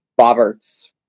boberts